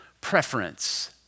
preference